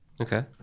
Okay